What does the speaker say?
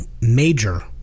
major